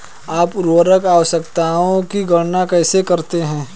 आप उर्वरक आवश्यकताओं की गणना कैसे करते हैं?